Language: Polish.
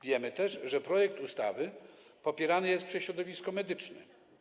Wiemy też, że projekt ustawy popierany jest przez środowisko medyczne.